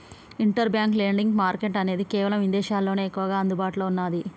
inter bank lending market అనేది కేవలం ఇదేశాల్లోనే ఎక్కువగా అందుబాటులో ఉన్నాది